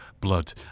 Blood